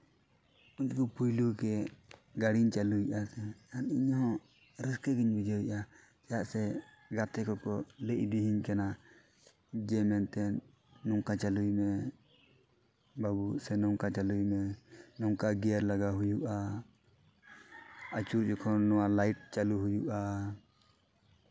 ᱯᱩᱭᱞᱩ ᱯᱩᱭᱞᱩ ᱜᱮ ᱜᱟᱹᱲᱤᱧ ᱪᱟᱹᱞᱩᱭᱮᱜᱼᱟ ᱛᱟᱦᱮᱱ ᱤᱧ ᱦᱚᱸ ᱨᱟᱹᱥᱠᱟᱹᱧ ᱜᱮᱧ ᱵᱩᱡᱷᱟᱹᱣᱮᱜᱼᱟ ᱪᱮᱫᱟᱜ ᱥᱮ ᱜᱟᱛᱮ ᱠᱚ ᱠᱚ ᱞᱟᱹᱭ ᱤᱫᱤᱭᱟᱹᱧ ᱠᱟᱱᱟ ᱡᱮ ᱢᱮᱱᱛᱮᱫ ᱱᱚᱝᱠᱟ ᱪᱟᱹᱞᱩᱭ ᱢᱮ ᱵᱟᱹᱵᱩ ᱥᱮ ᱱᱚᱝᱠᱟ ᱪᱟᱹᱞᱩᱭ ᱢᱮ ᱱᱚᱝᱠᱟ ᱜᱤᱭᱟᱨ ᱞᱟᱜᱟᱣ ᱦᱩᱭᱩᱜᱼᱟ ᱟᱹᱪᱩᱨ ᱡᱚᱠᱷᱚᱱ ᱱᱚᱣᱟ ᱞᱟ ᱭᱤᱴ ᱪᱟᱹᱞᱩ ᱦᱩᱭᱩᱜᱼᱟ